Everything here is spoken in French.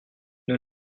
nous